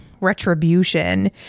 retribution